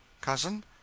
Cousin